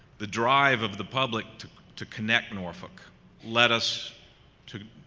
the drive of the public to to connect norfolk led us to